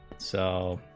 so